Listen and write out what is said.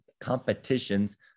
competitions